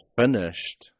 finished